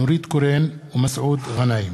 נורית קורן ומסעוד גנאים